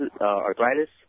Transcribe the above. arthritis